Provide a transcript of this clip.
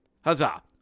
huzzah